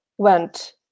went